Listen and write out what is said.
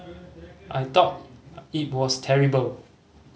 I thought it was terrible